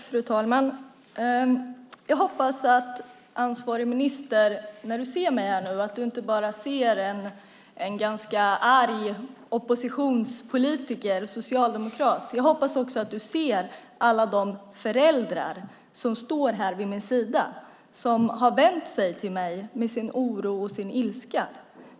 Fru talman! Jag hoppas att du, Cristina Husmark Pehrsson, som är ansvarig minister, nu inte bara ser mig, en ganska arg oppositionspolitiker och socialdemokrat. Jag hoppas att du också ser alla de föräldrar som står vid min sida, som har vänt sig till mig med sin oro och sin ilska.